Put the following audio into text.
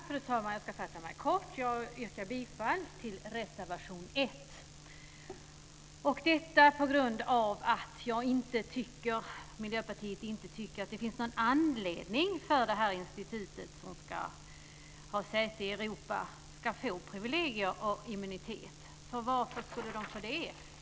Fru talman! Jag ska fatta mig kort. Jag yrkar bifall till reservation 1. Miljöpartiet tycker inte att det finns någon anledning till att detta institut, som ska ha säte i Europa, ska få privilegier och immunitet. För varför skulle man få det?